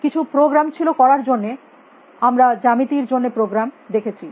কিছু প্রোগ্রাম ছিল করার জন্য আমরা জ্যামিতির জন্য প্রোগ্রাম দেখেছি